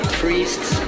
priests